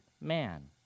man